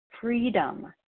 freedom